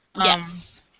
Yes